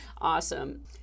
Awesome